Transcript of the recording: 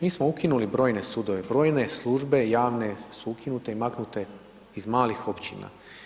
Mi smo ukinuli brojne sudove, brojne službe javne su ukinute i maknute iz malih općina.